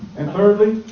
and thirdly,